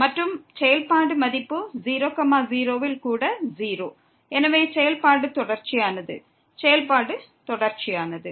மற்றும் செயல்பாடு மதிப்பு 0 0 ல் கூட 0 எனவே செயல்பாடு தொடர்ச்சியானது செயல்பாடு தொடர்ச்சியானது